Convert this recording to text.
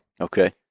Okay